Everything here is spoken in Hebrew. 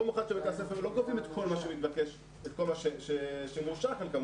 רוב מוחלט של בתי הספר לא גובים את כל מה שמאושר כאן.